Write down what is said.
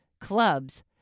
Clubs